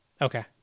Okay